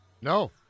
No